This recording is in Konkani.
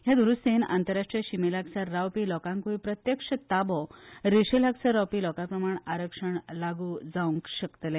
हे दूरूस्तेन आंतरराष्ट्रीय शीमेलागसार रावपी लोकांकूय प्रत्यक्ष ताबो रेषे लागसार रावपी लोकांप्रमाण आरक्षण लागू जावंक शकतले